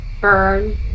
burn